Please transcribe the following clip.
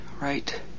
right